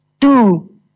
two